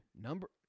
number